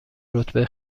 رتبه